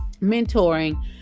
mentoring